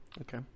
Okay